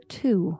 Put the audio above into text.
two